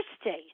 state